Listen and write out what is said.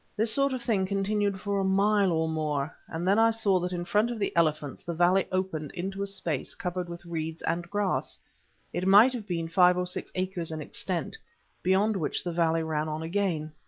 this sort of thing continued for a mile or more, and then i saw that in front of the elephants the valley opened into a space covered with reeds and grass it might have been five or six acres in extent beyond which the valley ran on again.